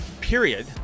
period